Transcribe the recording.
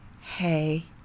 hey